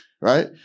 right